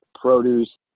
produce